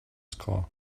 score